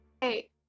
Hey